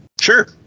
Sure